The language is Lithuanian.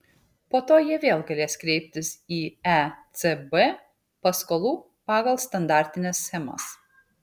po to jie vėl galės kreiptis į ecb paskolų pagal standartines schemas